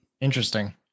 Interesting